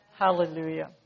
Hallelujah